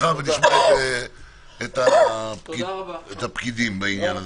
אנחנו נשחרר אותך ונשמע את הפקידים בעניין הזה.